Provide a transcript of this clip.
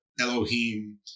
Elohim